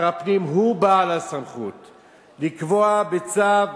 שר הפנים הוא בעל הסמכות לקבוע בצו